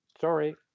sorry